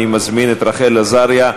אני מזמין את רחל עזריה.